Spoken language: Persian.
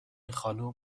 خانوم